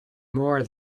more